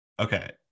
Okay